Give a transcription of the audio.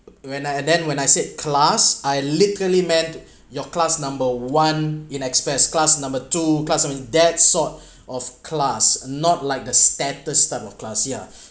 when I then when I said class I literally meant your class number one in express class number two class number th~ that sort of class not like the status type of class yeah